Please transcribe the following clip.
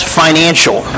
financial